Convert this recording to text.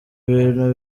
ibintu